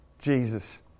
Jesus